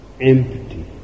empty